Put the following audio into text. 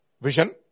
vision